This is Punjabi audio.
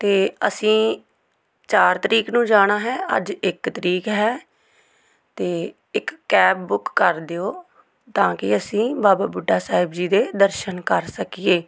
ਅਤੇ ਅਸੀਂ ਚਾਰ ਤਰੀਕ ਨੂੰ ਜਾਣਾ ਹੈ ਅੱਜ ਇੱਕ ਤਰੀਕ ਹੈ ਅਤੇ ਇੱਕ ਕੈਬ ਬੁੱਕ ਕਰ ਦਿਓ ਤਾਂ ਕਿ ਅਸੀਂ ਬਾਬਾ ਬੁੱਢਾ ਸਾਹਿਬ ਜੀ ਦੇ ਦਰਸ਼ਨ ਕਰ ਸਕੀਏ